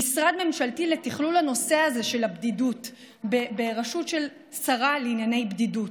משרד ממשלתי לתכלול נושא הבדידות בראשות שרה לענייני בדידות.